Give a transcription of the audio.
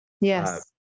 Yes